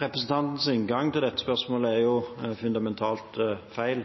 Representantens inngang til dette spørsmålet er fundamentalt feil.